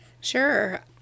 Sure